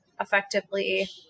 effectively